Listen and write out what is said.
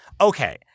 Okay